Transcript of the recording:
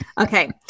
Okay